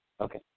Okay